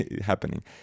happening